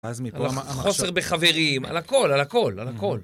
חוסר בחברים, על הכל, על הכל, על הכל.